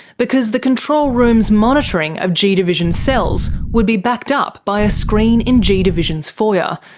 because the control room's monitoring of g division cells would be backed up by a screen in g division's foyer,